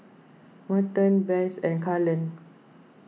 Merton Bess and Kalen